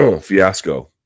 fiasco